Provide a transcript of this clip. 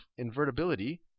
invertibility